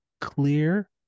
clear